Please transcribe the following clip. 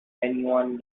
anyone